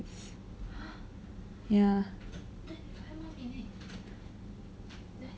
ya